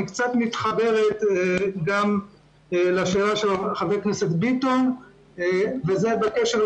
היא קצת מתחברת לשאלה של חבר הכנסת ביטון בנוגע